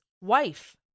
wife